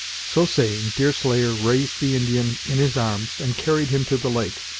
so saying, deerslayer raised the indian in his arms, and carried him to the lake.